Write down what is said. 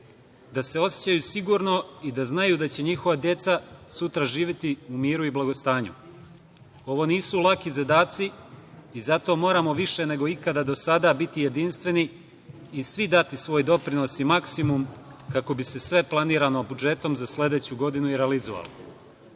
da se osećaju sigurno i da znaju da će njihova deca sutra živeti u miru i blagostanju. Ovo nisu laki zadaci i zato moramo više nego ikada do sada biti jedinstveni i svi dati svoj doprinos i maksimum, kako bi se sve planirano budžetom za sledeću godinu i realizovalo. Uslovi